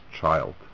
child